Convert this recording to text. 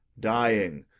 dying,